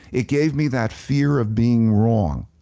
it gave me that fear of being wrong,